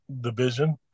division